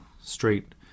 straight